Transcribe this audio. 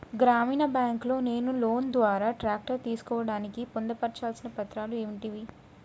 గ్రామీణ బ్యాంక్ లో నేను లోన్ ద్వారా ట్రాక్టర్ తీసుకోవడానికి పొందు పర్చాల్సిన పత్రాలు ఏంటివి?